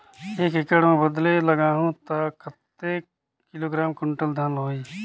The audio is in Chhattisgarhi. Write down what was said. एक एकड़ मां बदले लगाहु ता कतेक किलोग्राम कुंटल धान होही?